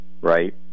right